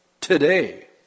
Today